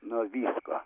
nuo visko